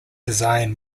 design